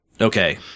Okay